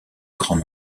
grand